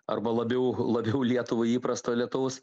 arba labiau labiau lietuvai įprasto lietaus